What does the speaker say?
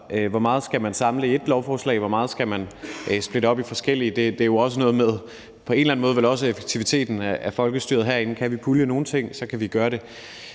hvor meget man skal samle i ét lovforslag, og hvor meget man skal splitte op i forskellige. Det er vel også på en eller anden måde noget med effektiviteten af folkestyret herinde: Kan vi pulje nogle ting, kan vi gøre det